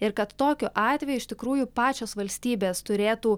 ir kad tokiu atveju iš tikrųjų pačios valstybės turėtų